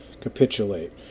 capitulate